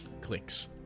clicks